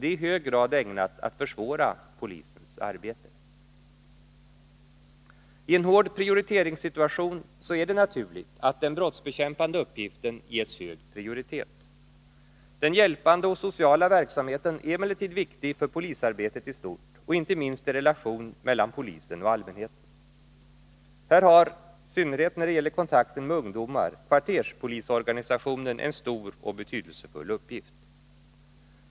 Det är i hög grad ägnat att försvåra polisens arbete. I en hård prioriteringssituation är det naturligt att den brottsbekämpande uppgiften ges hög prioritet. Den hjälpande och sociala verksamheten är emellertid viktig för polisarbetet i stort och inte minst i relationen mellan polisen och allmänheten. Här har — i synnerhet när det gäller kontakten med ungdomar — kvarterspolisorganisationen en stor och betydelsefull uppgift.